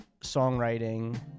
songwriting